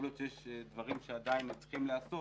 להיות שיש דברים שצריכים עדיין להיעשות